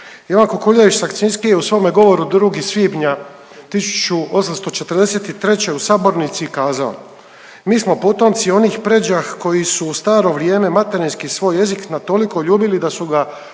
Ivan Kukuljević Sakcinski je u svome govoru 2. svibnja 1843. u sabornici kazao „Mi smo potomci onih pređah koji su u staro vrijeme materinjski svoj jezik na toliko ljubili da su ga u 9.